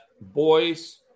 boys